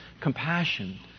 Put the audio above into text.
compassion